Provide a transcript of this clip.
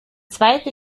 zweiter